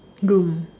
groom